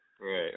Right